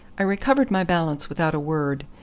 i recovered my balance without a word,